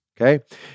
Okay